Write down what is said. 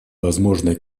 возможные